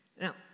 Now